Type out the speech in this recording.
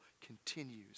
continues